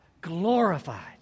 glorified